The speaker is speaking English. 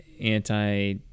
anti